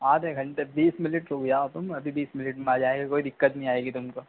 आधे घंटे बीस मिनट हो गया आप हम अभी बीस मिनट में आ जाएंगे कोई दिक्कत नही आएगी तुमको